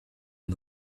and